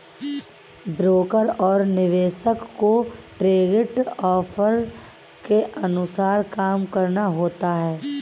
broker और निवेशक को ट्रेडिंग ऑवर के अनुसार काम करना होता है